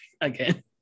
again